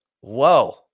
Whoa